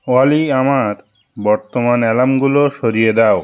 অলি আমার বর্তমান অ্যালার্মগুলো সরিয়ে দাও